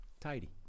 tidy